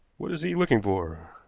what is he looking for?